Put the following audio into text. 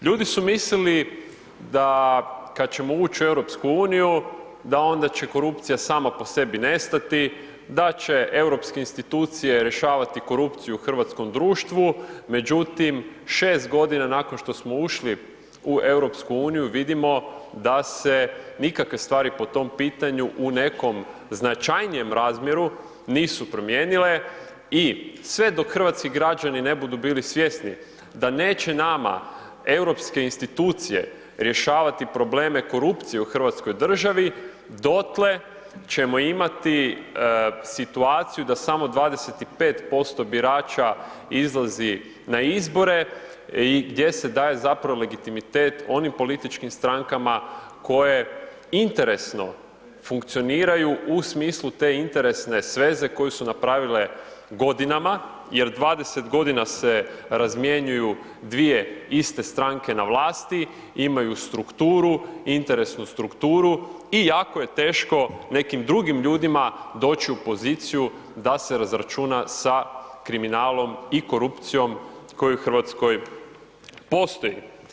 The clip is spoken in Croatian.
Ljudi su mislili da kada ćemo ući u EU, da onda će korupcija, sama po sebi nestati, da će europske institucije rješavati korupciju u hrvatskom društvu, međutim, 6 g. nakon što smo ušli u EU, vidimo da se nikakve stvari po tom pitanju u nekog značajnijem razmjeru nisu promijenile i sve dok hrvatski građani ne budu bili svjesni, da neće nama europske institucije, rješavati probleme korupcije u Hrvatskoj državi, dotle, ćemo imati situaciju da samo 25% birača izlazi na izbore i gdje se daje zapravo legitimitet onim političkim strankama koje interesno funkcioniranju u smislu te interesne sveze koju su napravile godinama, jer 20 g. se razmjenjuju 2 iste stranke na vlasti, imaju strukturu, interesnu strukturu i jako je teško nekim drugim ljudima doći u poziciju da se razračuna sa kriminalom i korupcijom koji u Hrvatskoj postoji.